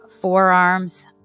forearms